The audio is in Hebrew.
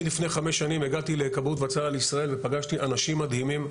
אני לפני חמש שנים הגעתי לכבאות והצלה לישראל ופגשתי אנשים מדהימים,